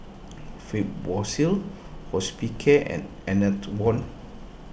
Fibrosol Hospicare and Enervon